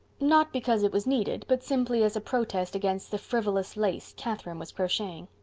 not because it was needed but simply as a protest against the frivolous lace catherine was crocheting.